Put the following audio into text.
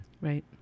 Right